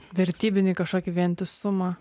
vertybinį kažkokį vientisumą